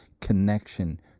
connection